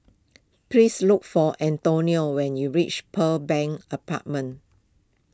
please look for Antonia when you reach Pearl Bank Apartment